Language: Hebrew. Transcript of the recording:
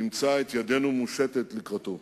ימצא את ידנו מושטת לקראתו.